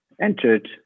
entered